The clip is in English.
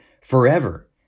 forever